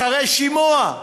אחרי שימוע.